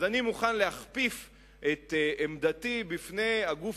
ולכן אני מוכן להכפיף את עמדתי בפני הגוף